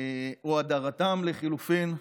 או לחלופין הדרתם,